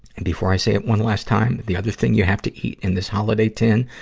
and before i say it one last time, the other thing you have to eat in this holiday tin,